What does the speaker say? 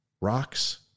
rocks